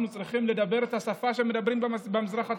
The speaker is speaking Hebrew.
אנחנו צריכים לדבר את השפה שמדברים במזרח התיכון.